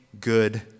good